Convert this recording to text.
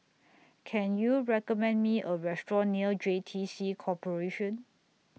Can YOU recommend Me A Restaurant near J T C Corporation